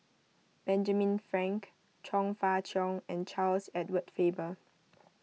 Benjamin Frank Chong Fah Cheong and Charles Edward Faber